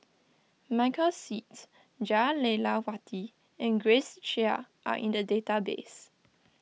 Michael Seet Jah Lelawati and Grace Chia are in the database